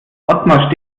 otmar